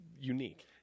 unique